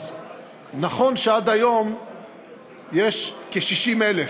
אז נכון שעד היום יש כ-60,000,